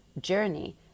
journey